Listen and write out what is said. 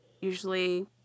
usually